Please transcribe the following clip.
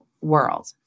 world